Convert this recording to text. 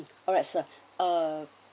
alright sir uh